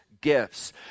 gifts